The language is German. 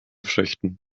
früchten